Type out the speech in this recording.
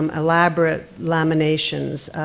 um elaborate, laminations,